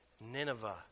Nineveh